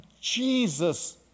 Jesus